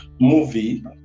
movie